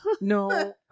No